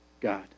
God